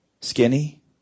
skinny